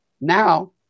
Now